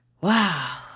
Wow